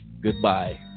Goodbye